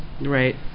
Right